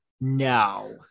No